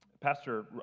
Pastor